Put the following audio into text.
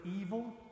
evil